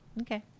Okay